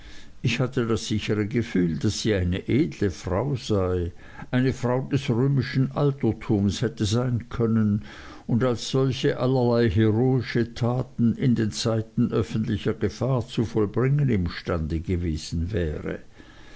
ich hatte das sichere gefühl daß sie eine edle frau sei eine frau des römischen altertums hätte sein können und als solche allerlei heroische taten in den zeiten öffentlicher gefahr zu vollbringen imstande gewesen wäre